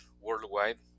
worldwide